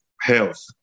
health